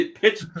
pitch